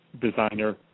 designer